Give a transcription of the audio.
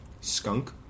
Skunk